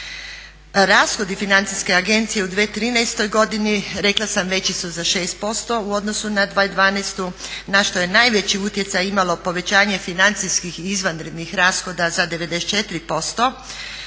Rashodi Financijske agencije u 2013.godini rekla sam veći su za 6% u odnosu na 2012.na što je najveći utjecaj imalo povećanje financijskih i izvanrednih rashoda za 94%